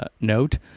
note